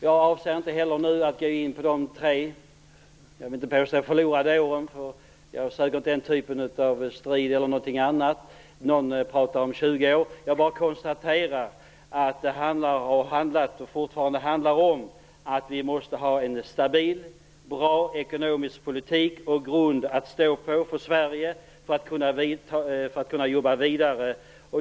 Jag avser inte heller nu att gå in på dessa tre år - jag skall dock inte kalla dem förlorade. Jag söker inte den typen av strid. Jag bara konstaterar att det har handlat och fortfarande handlar om att vi måste ha en stabil och bra ekonomisk politik och en grund att stå på för Sverige för att vi skall kunna jobba vidare.